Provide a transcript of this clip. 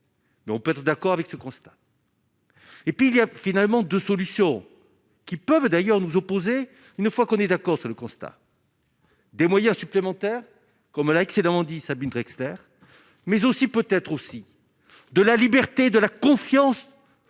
Mais on peut être d'accord avec ce constat. Et puis il y a finalement 2 solutions qui peuvent d'ailleurs nous opposer une fois qu'on est d'accord sur le constat. Des moyens supplémentaires, comme l'accident, dit Sabine Dexter mais aussi peut-être aussi de la liberté de la confiance